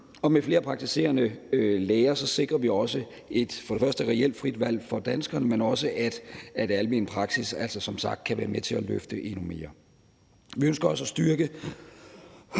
Og med flere praktiserende læger sikrer vi først og fremmest et reelt frit valg for danskerne, men også at almen praksis altså som sagt kan være med til at løfte endnu mere. Vi ønsker også at styrke